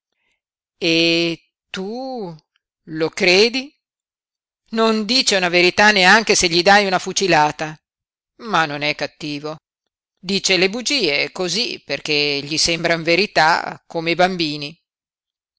tu lo credi non dice una verità neanche se gli dai una fucilata ma non è cattivo dice le bugie cosí perché gli sembran verità come i bambini